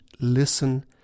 listen